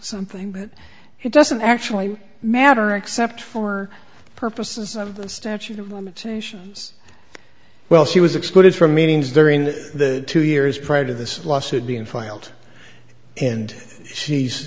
something but he doesn't actually matter except for purposes of the statute of limitations well she was excluded from meetings during the two years prior to this lawsuit being filed and she's